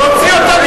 להוציא אותם